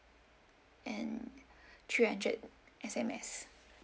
and three hundred S_M_S